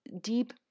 deep